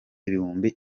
ibihumbi